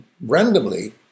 randomly